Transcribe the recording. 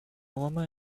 woman